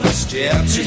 steps